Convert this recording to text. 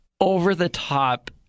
over-the-top